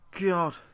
God